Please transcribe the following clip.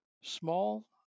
small